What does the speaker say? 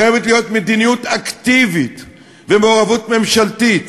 חייבת להיות מדיניות אקטיבית ומעורבות ממשלתית